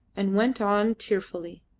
and went on tearfully,